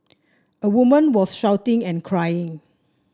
a woman was shouting and crying